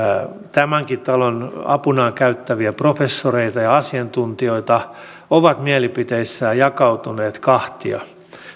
tämänkin talon apunaan käyttämiä professoreita ja asiantuntijoita jotka ovat mielipiteissään jakautuneet kahtia